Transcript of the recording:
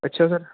ਅੱਛਾ ਸਰ